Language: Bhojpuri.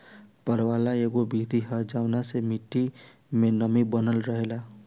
पलवार एगो विधि ह जवना से माटी मे नमी बनल रहेला